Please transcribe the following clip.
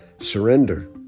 surrender